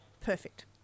Perfect